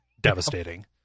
devastating